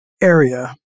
area